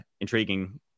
intriguing